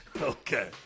Okay